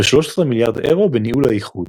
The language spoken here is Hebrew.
ו-13 מיליארד אירו בניהול האיחוד.